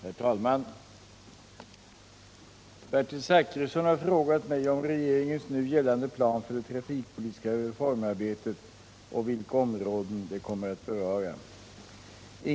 Herr talman! Bertil Zachrisson har frågat mig om regeringens nu gällande plan för det trafikpolitiska reformarbetet och vilka områden det kommer att beröra.